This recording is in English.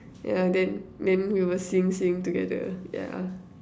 yeah then then we will sing sing together yeah